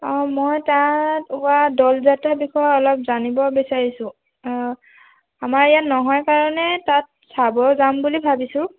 অঁ মই তাত হোৱা দল যাত্ৰাৰ বিষয়ে অলপ জানিব বিচাৰিছোঁ আমাৰ ইয়াত নহয় কাৰণে তাত চাব যাম বুলি ভাবিছোঁ